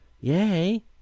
yay